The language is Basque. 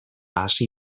hasi